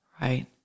Right